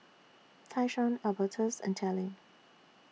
Tyshawn Albertus and Tallie